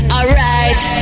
Alright